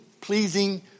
pleasing